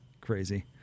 crazy